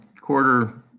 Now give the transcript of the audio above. quarter